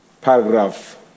Paragraph